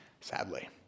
sadly